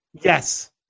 Yes